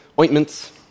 ointments